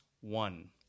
one